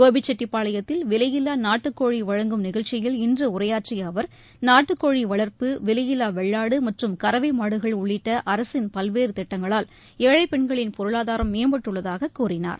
கோபிச்செட்டிப்பாளையத்தில் விலையில்லா நாட்டுக்கோழி வழங்கும் நிகழ்ச்சியில் இன்று உரையாற்றிய அவர் நாட்டுக்கோழி வளர்ப்பு விலையில்லா வெள்ளாடு மற்றும் கறவை மாடுகள் உள்ளிட்ட அரசின் பல்வேறு திட்டங்களால் ஏழை பெண்களின் பொருளாதாரம் மேம்பட்டுள்ளதாக கூறினார்